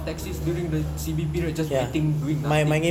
of taxis during the C_B period just waiting doing nothing